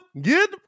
Get